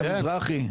בנק המזרחי.